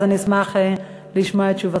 אני אשמח לשמוע את תשובתך.